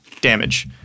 damage